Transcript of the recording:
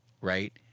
Right